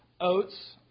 oats